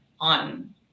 on